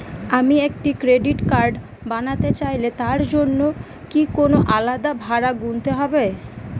আমি একটি credit card বানাতে চাইলে তার জন্য কি কোনো আলাদা ভাড়া গুনতে হবে?